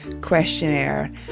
questionnaire